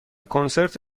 کنسرت